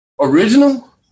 original